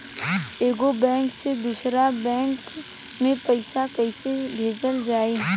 एगो बैक से दूसरा बैक मे पैसा कइसे भेजल जाई?